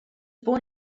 born